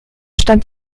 stand